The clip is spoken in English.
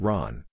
Ron